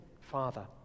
father